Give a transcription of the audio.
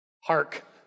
Hark